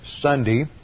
Sunday